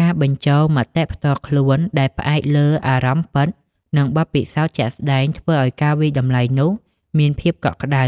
ការបញ្ចូលនូវមតិផ្ទាល់ខ្លួនដែលផ្អែកលើអារម្មណ៍ពិត និងបទពិសោធន៍ជាក់ស្តែង ធ្វើឱ្យការវាយតម្លៃនោះមានភាពកក់ក្តៅ